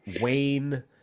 Wayne